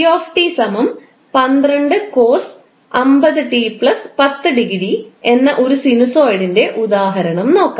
𝑣𝑡 12 cos50𝑡 10° എന്ന ഒരു സിനുസോയിഡിന്റെ ഉദാഹരണം നോക്കാം